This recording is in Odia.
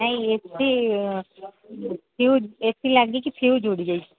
ନାଇଁ ଏ ସି ଲାଗିଛି ଫିଉଜ ଉଡ଼ିଯାଇଛି